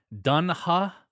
Dunha